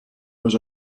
was